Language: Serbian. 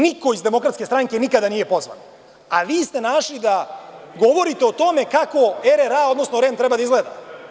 Niko iz DS nikada nije pozvan, a vi ste našli da govorite o tome kako RRA, odnosno REM treba da izgleda.